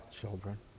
children